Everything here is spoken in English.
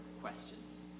questions